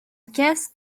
caisse